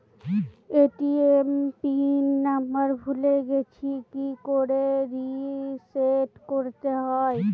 ATM PIN number ভুলে গেছি কি করে রিসেট করতে হয়?